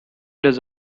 does